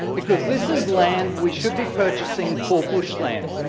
because this is land we should be purchasing for bushland.